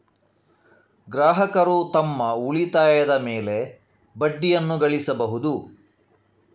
ಗ್ರಾಹಕರು ತಮ್ಮ ಉಳಿತಾಯದ ಮೇಲೆ ಬಡ್ಡಿಯನ್ನು ಗಳಿಸಬಹುದು